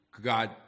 God